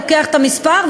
לוקח את המספר,